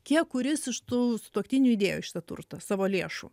kiek kuris iš tų sutuoktinių įdėjo į šitą turtą savo lėšų